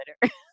Twitter